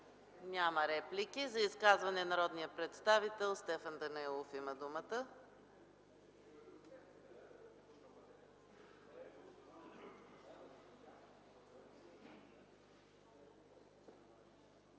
няма. За изказване – народният представител Стефан Данаилов има думата.